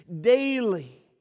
daily